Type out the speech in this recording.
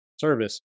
service